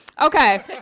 Okay